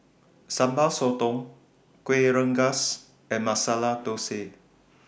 Sambal Sotong Kuih Rengas and Masala Thosai